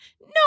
no